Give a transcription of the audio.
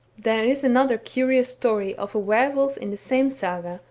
there is another curious story of a were-wolf in the same saga,